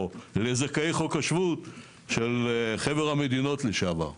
או לזכאי חוק השבות של חבר המדינות לשעבר.